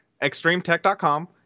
extremetech.com